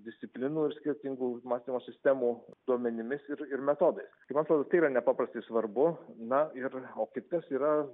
disciplinų ir skirtingų mąstymo sistemų duomenimis ir ir metodais tai man atrodo tai yra nepaprastai svarbu na ir o kitas yra